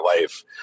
life